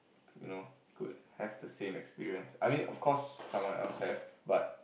you know could have the same experience I mean of course someone else have but